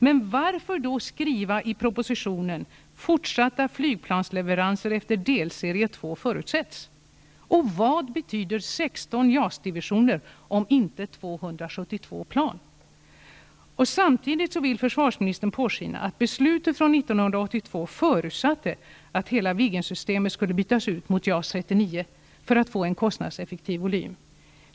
Men varför då skriva i propositionen att ''fortsatta flygplansleveranser efter delserie 2 förutsätts''? Vad betyder 16 JAS divisioner om inte 272 plan? Samtidigt låter försvarsministern påskina att beslutet från 1982 förutsatte att hela Viggensystemet skulle bytas ut mot JAS 39 för att få en kostnadseffektiv volym.